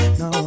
no